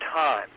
time